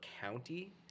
county